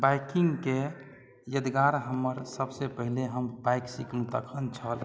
बाइकिंगके यादगार हमर सभसँ पहिले हम बाइक सीखनहुँ तखन छल